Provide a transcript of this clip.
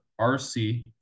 RC